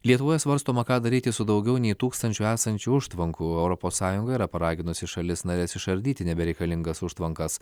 lietuvoje svarstoma ką daryti su daugiau nei tūkstančiu esančių užtvankų europos sąjunga yra paraginusi šalis nares išardyti nebereikalingas užtvankas